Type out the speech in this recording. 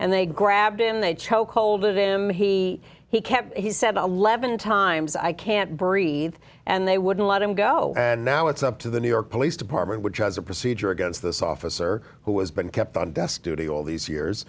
and they grabbed him they choke hold of him he he kept he said to levon times i can't breathe and they wouldn't let him go and now it's up to the new york police department which has a procedure against this officer who has been kept on desk duty all these years